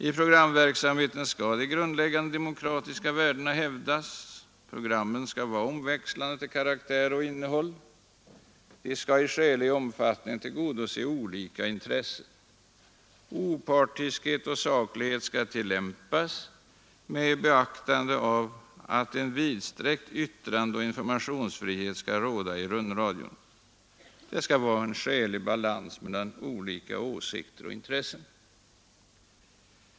I programverksamheten skall de grundläggande demokratiska värdena hävdas, programmen skall vara omväxlande till karaktär och innehåll och i skälig omfattning tillgodose alla intressen. Opartiskhet och saklighet skall tillämpas med beaktande av att en vidsträckt yttrandeoch informationsfrihet skall råda i rundradion. Det skall vara en skälig balans mellan olika åsikter och intressen.